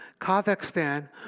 Kazakhstan